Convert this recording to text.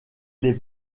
les